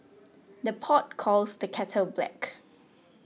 the pot calls the kettle black